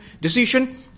decision